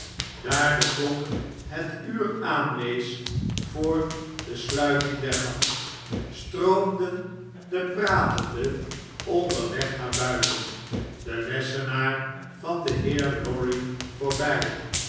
daar de klok het uur aanwees voor de sluiting jer bank stroomden de pratenden onderwg naar buiten den lessenaar van den heer lorry voorbjj